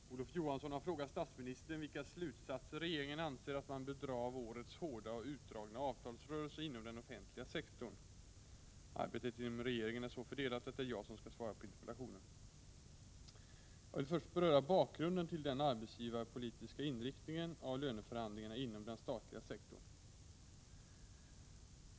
Herr talman! Olof Johansson har frågat statsministern vilka slutsatser regeringen anser att man bör dra av årets hårda och utdragna avtalsrörelse inom den offentliga sektorn. Arbetet inom regeringen är så fördelat att det är jag som skall svara på interpellationen. Jag vill först beröra bakgrunden till den arbetsgivarpolitiska inriktningen av löneförhandlingarna inom den statliga sektorn.